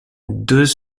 deux